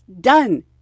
done